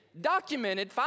documented